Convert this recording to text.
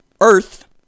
Earth